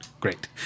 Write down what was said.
Great